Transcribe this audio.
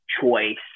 choice